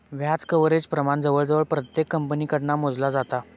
व्याज कव्हरेज प्रमाण जवळजवळ प्रत्येक कंपनीकडना मोजला जाता